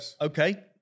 Okay